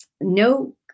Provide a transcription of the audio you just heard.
no